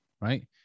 right